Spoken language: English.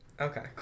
Okay